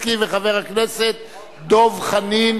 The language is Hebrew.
התשע"א 2011,